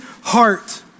heart